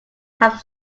have